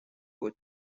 بود